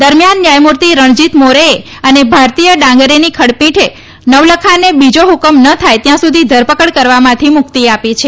દરમિયાન ન્યાયમૂર્તિ રણજીત મોરેએ અને ભારતીય ડાંગરેની ખંડપીઠે નવલખાને બીજા હુકમ ન થાય ત્યાં સુધી ધરપકડ કરવામાંથી મુક્તી આપી છે